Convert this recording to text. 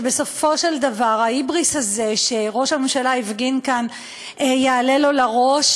שבסופו של דבר ההיבריס הזה שראש הממשלה הפגין כאן יעלה לו לראש,